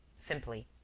simply.